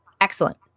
Excellent